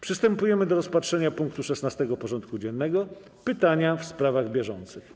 Przystępujemy do rozpatrzenia punktu 16. porządku dziennego: Pytania w sprawach bieżących.